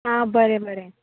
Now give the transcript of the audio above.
आं बरें बरें